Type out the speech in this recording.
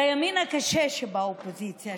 לימין הקשה שבאופוזיציה,